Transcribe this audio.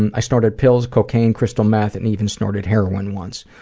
and i snorted pills, cocaine, crystal meth, and even snorted heroine once.